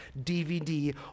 dvd